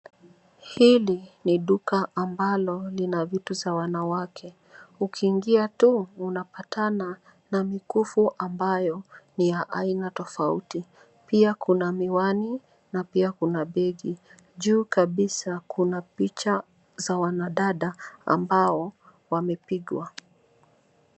Hili ni duka ambalo lina vitu za wanawake. Ukiingia tu unapatana na mikufu ambayo ni ya aina tofauti. Pia kuna miwani na pia kuna beti. Juu kabisa kuna picha za wanadada ambao wamepigwa.